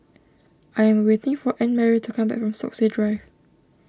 I am waiting for Annemarie to come back from Stokesay Drive